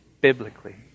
biblically